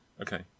Okay